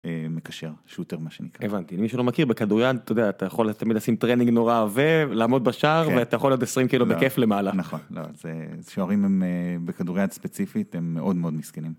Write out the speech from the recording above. מקשר shooter מה שנקרא. הבנתי, למי שלא מכיר בכדוריד אתה יודע אתה יכול תמיד לשים טרנינג נורא עבה ולעמוד בשער ואתה יכול עוד 20 קילו בכיף למעלה. נכון, שוערים בכדוריד ספציפית הם מאוד מאוד מסכנים.